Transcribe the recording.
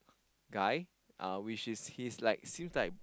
guy uh which is he's like seems like